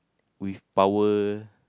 with power